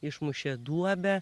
išmušė duobę